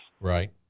Right